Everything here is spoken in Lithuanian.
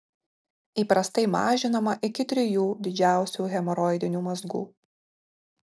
įprastai mažinama iki trijų didžiausių hemoroidinių mazgų